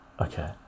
okay